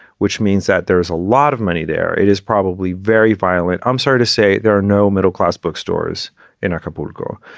which means that there is a lot of money there. it is probably very violent. i'm sorry to say there are no middle class bookstores in acapulco,